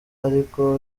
ariko